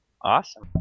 Awesome